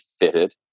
fitted